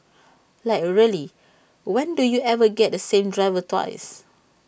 like really when do you ever get the same driver twice